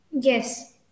Yes